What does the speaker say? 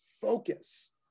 focus